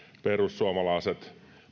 perussuomalaiset